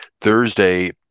Thursday